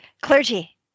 Clergy